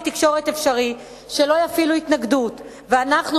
תקשורת אפשרי שלא יפעילו התנגדות ואנחנו,